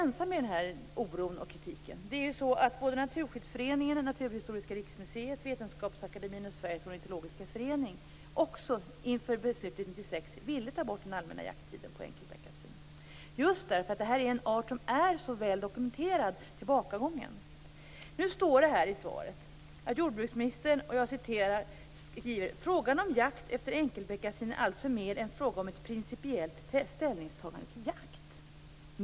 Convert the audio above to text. Jag är inte ensam om den här oron och kritiken. Vetenskapsakademien och Sveriges ornitologiska förening ville också, inför beslutet 1996, ta bort den allmänna jakttiden på enkelbeckasin. Anledningen är just att detta är en art vars tillbakagång är så väl dokumenterad. I svaret skriver jordbruksministern: "Frågan om jakt efter enkelbeckasin är alltså mer en fråga om ett principiellt ställningstagande till jakt".